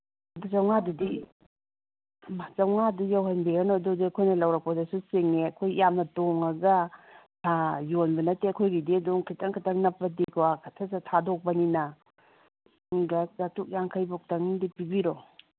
ꯑꯗ ꯆꯥꯝꯃꯉꯥꯗꯨꯗꯤ ꯍꯩꯃꯥ ꯆꯥꯝꯃꯉꯥꯗꯨ ꯌꯧꯍꯟꯕꯤꯔꯅꯨ ꯑꯗꯨꯁꯨ ꯑꯩꯈꯣꯏꯅ ꯂꯧꯔꯛꯄꯗꯁꯨ ꯆꯤꯡꯉꯦ ꯑꯩꯈꯣꯏ ꯌꯥꯝꯅ ꯇꯣꯡꯉꯒ ꯌꯣꯟꯕ ꯅꯠꯇꯦ ꯑꯩꯈꯣꯏꯒꯤꯗꯤ ꯑꯗꯨꯝ ꯈꯤꯇꯪ ꯈꯤꯇꯪ ꯅꯞꯄꯗꯤꯀꯣ ꯁꯠ ꯁꯠ ꯊꯥꯗꯣꯛꯄꯅꯤꯅ ꯑꯗ ꯆꯥꯇ꯭ꯔꯨꯛ ꯌꯥꯡꯈꯩꯕꯨꯛꯇꯪꯗꯤ ꯄꯤꯕꯤꯔꯣ